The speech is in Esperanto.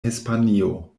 hispanio